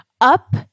up